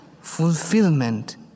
Fulfillment